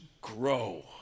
grow